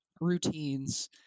routines